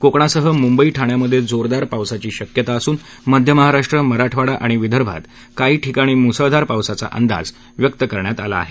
कोकणसह मुंबई ठाण्यामध्ये जोरदार पावसाची शक्यता असून मध्य महाराष्ट्र मराठवाडा आणि विदर्भात काही ठिकाणी मुसळधार पावसाचा अंदाज व्यक्त करण्यात आला आहे